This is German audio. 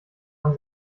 man